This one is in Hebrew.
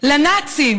לנאצים